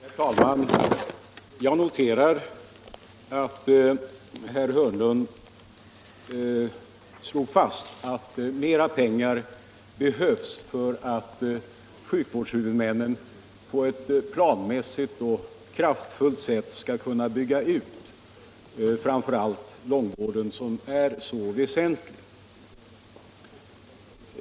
Herr talman! Jag noterar att herr Hörnlund slår fast att mera pengar behövs för att sjukvårdshuvudmännen på ett planmässigt och kraftfullt sätt skall kunna bygga ut långtidssjukvården som är så väsentlig.